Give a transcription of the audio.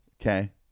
Okay